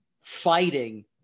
fighting